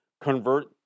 convert